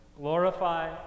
glorify